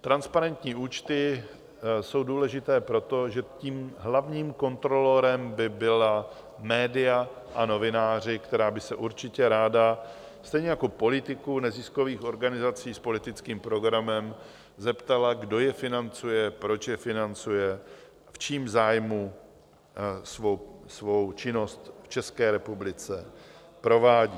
Transparentní účty jsou důležité, protože tím hlavním kontrolorem by byla média a novináři, která by se určitě ráda, stejně jako politiků, neziskových organizací s politickým programem, zeptala, kdo je financuje, proč je financuje, v čím zájmu svou činnost v České republice provádí.